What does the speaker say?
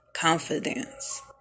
confidence